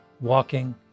walking